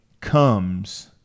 comes